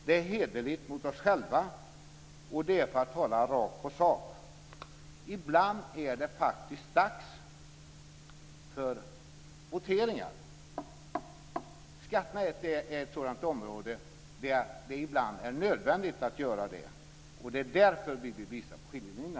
Det är hederligt mot oss själva. Och för att tala rakt på sak: Ibland är det faktiskt dags att votera. Skatterna är ett sådant område där det ibland är nödvändigt att göra det, och det är därför vi vill visa på skiljelinjerna.